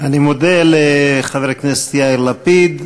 אני מודה לחבר הכנסת יאיר לפיד,